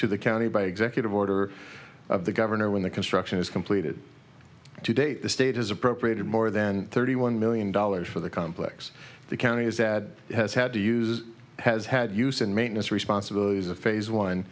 to the county by executive order of the governor when the construction is completed to date the state has appropriated more than thirty one million dollars for the complex the counties that has had to use has had use and maintenance responsibilities of phase one